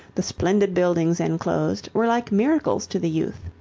the splendid buildings enclosed, were like miracles to the youth.